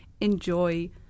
Enjoy